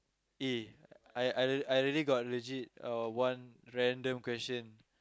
eh I I I really got legit uh one random question